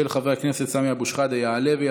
של חבר הכנסת סמי אבו שחאדה, מס'